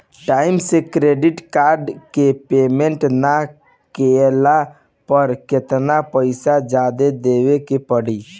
Time से credit card के payment ना कैला पर केतना पईसा जादे देवे के पड़ी?